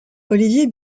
olivier